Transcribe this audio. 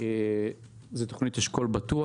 זה תוכנית אשכול בטוח.